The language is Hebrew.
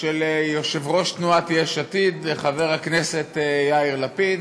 של יושב-ראש תנועת יש עתיד, חבר הכנסת יאיר לפיד,